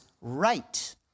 right